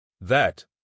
That